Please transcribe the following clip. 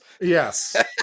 yes